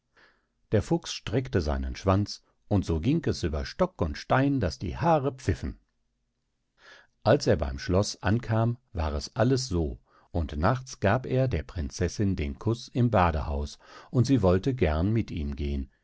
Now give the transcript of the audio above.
der fuchs streckte seinen schwanz und so ging es über stock und stein daß die haare pfiffen als er beim schloß ankam war es alles so und nachts gab er der prinzessin den kuß im badehaus und sie wollte gern mit ihm gehen